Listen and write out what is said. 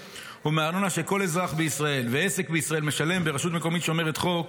ומהארנונה שכל אזרח בישראל ועסק בישראל משלם ברשות מקומית שומרת חוק.